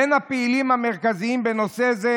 בין הפעילים המרכזיים בנושא זה,